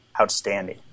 outstanding